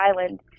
island